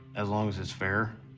as long as it's fair.